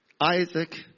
Isaac